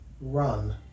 Run